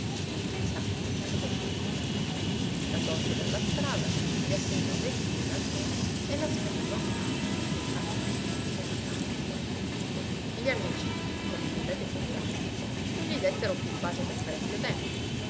in chiesa e allo stato civile la sposò la tolse dalla strada le assegnò venti lire al giorno e la spedì lontano in campagna col cane gli amici come potete figurarvi non gli dettero più pace per parecchio tempo